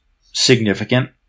significant